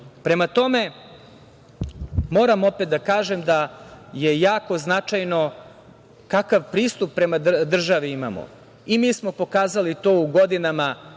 tome, moram opet da kažem da je jako značajno kakav pristup prema državi imamo i mi smo pokazali to u godinama